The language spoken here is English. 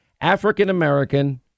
African-American